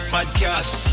Podcast